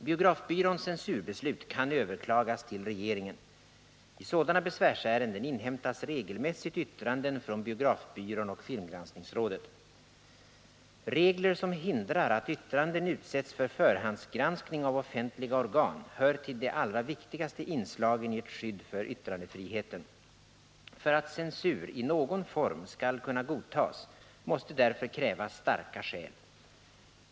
Biografbyråns censurbeslut kan överklagas till regeringen. I sådana besvärsärenden inhämtas regelmässigt yttranden från biografbyrån och filmgranskningsrådet. Regler som hindrar att yttranden utsätts för förhandsgranskning av offentliga organ hör till de allra viktigaste inslagen i ett skydd för yttrandefriheten. För att censur i någon form skall kunna godtas måste därför krävas starka skäl.